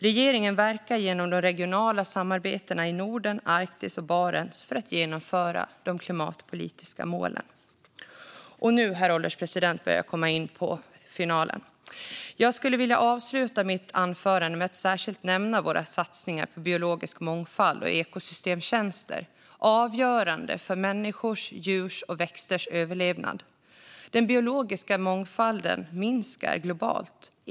Regeringen verkar genom de regionala samarbetena i Norden, Arktis och Barents för att genomföra de klimatpolitiska målen. Herr ålderspresident! Jag vill avsluta mitt anförande med att särskilt nämna våra satsningar på biologisk mångfald och ekosystemtjänster som är avgörande för människors, djurs och växters överlevnad. Den biologiska mångfalden minskar globalt.